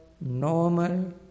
normal